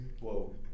Whoa